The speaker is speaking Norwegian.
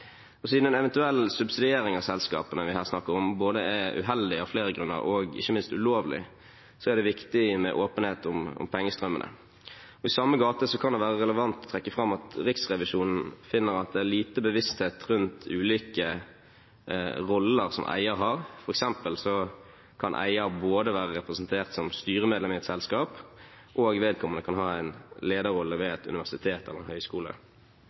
Og siden en eventuell subsidiering av selskapene vi her snakker om, av flere grunner både er uheldig og ikke minst ulovlig, er det viktig med åpenhet om pengestrømmene. I samme gate kan det være relevant å trekke fram at Riksrevisjonen finner at det er liten bevissthet rundt ulike roller som eier har, f.eks. kan eier både være representert som styremedlem i et selskap og ha en lederrolle ved et universitet eller